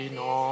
no